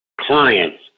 clients